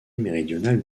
méridional